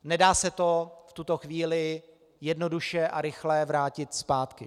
Nedá se to v tuto chvíli jednoduše a rychle vrátit zpátky.